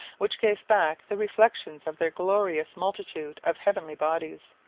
which gave back the reflections of their glorious multitude of heavenly bodies.